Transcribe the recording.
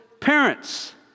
parents